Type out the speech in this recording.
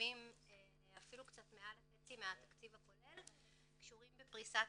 שמרכיבים אפילו קצת מעל לחצי מהתקציב הכולל קשורים בפרישת